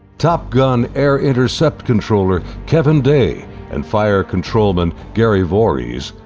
top gun air intercept controller kevin day and fire controlman gary voorhis,